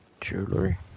Jewelry